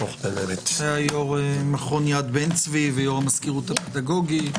היה יו"ר מכון יד בן צבי ויו"ר המזכירות הפדגוגית.